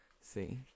See